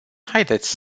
haideți